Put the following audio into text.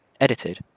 edited